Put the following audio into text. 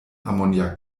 ammoniak